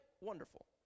Wonderful